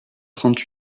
trente